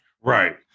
Right